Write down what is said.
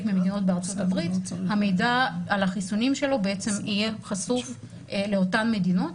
ממדינות בארה"ב המידע על החיסונים שלו יהיה חשוף לאותן מדינות,